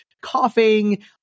coughing